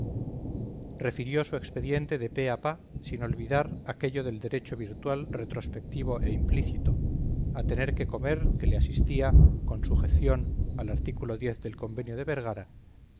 refirió su expediente de pe a pa sin olvidar aquello del derecho virtual retrospectivo e implícito a tener que comer que le asistía con sujeción al artículo del convenio de vergara